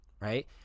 right